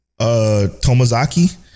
Tomazaki